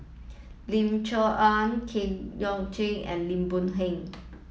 Lim Chee Onn Kwek Leng Joo and Lim Boon Heng